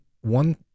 one